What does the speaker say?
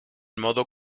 modo